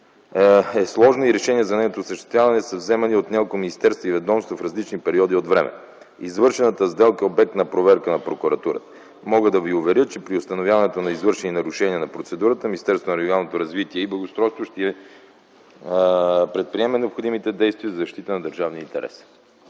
е сложна и решенията за нейното осъществяване са вземани от няколко министерства и ведомства в различни периоди от време. Извършената сделка е обект на проверка на Прокуратурата. Мога да ви уверя, че при установяването на извършени нарушения на процедурата Министерството на регионалното развитие и благоустройството ще предприеме необходимите действия за защита на държавния интерес.